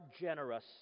generous